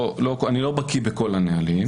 אני לא בקי בכל הנהלים.